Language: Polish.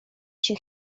się